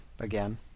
Again